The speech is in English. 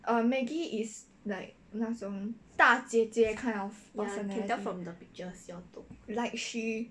err maggie is like 那种大姐姐 kind of person leh like she